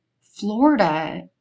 Florida